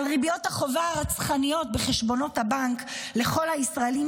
על ריביות החובה הרצחניות בחשבונות הבנק לכל הישראלים,